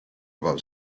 above